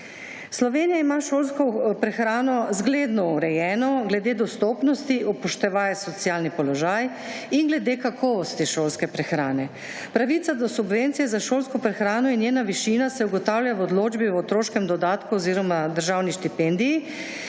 Slovenija ima šolsko prehrano zgledno urejeno glede dostopnosti upoštevaje socialni položaj **150. TRAK: (VP) 21.40** (nadaljevanje) in glede kakovosti šolske prehrane. Pravica do subvencije za šolsko prehrano in njena višina se ugotavlja v odločbi o otroškem dodatku oziroma državni štipendiji